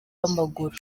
w’amaguru